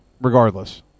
regardless